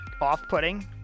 off-putting